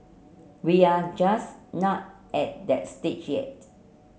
we are just not at that stage yet